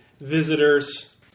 visitors